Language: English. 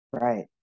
right